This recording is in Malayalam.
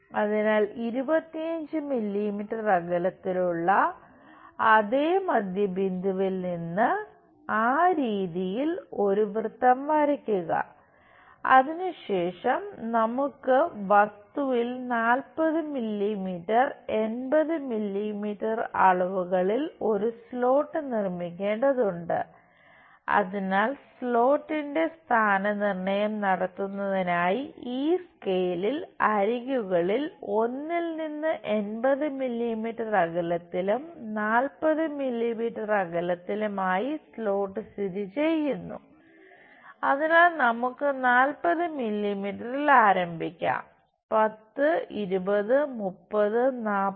അതിനാൽ 25 മില്ലീമീറ്റർ ആരംഭിക്കാം 10 20 30 40